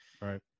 Right